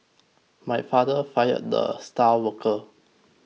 my father fired the star worker